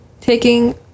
taking